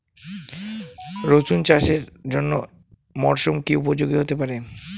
রসুন চাষের জন্য এই মরসুম কি উপযোগী হতে পারে?